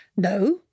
No